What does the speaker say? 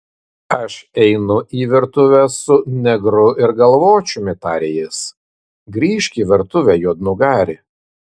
aš einu į virtuvę su negru ir galvočiumi tarė jis grįžk į virtuvę juodnugari